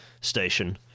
Station